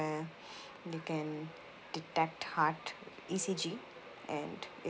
you can detect heart E_C_G and